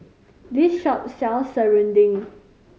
this shop sells serunding